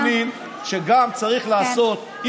אני מאמין שצריך לעשות.